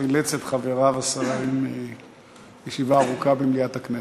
חילץ את חבריו השרים מישיבה ארוכה במליאת הכנסת.